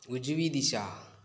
उजवी दिशा